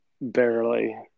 barely